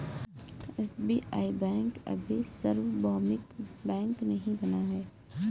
SBI bank अभी सार्वभौमिक bank नहीं बना है